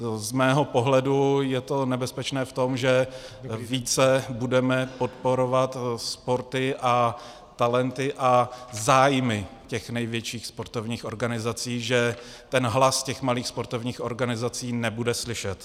Z mého pohledu je to nebezpečné v tom, že více budeme podporovat sporty a talenty a zájmy největších sportovních organizací, že hlas těch malých sportovních organizací nebude slyšet.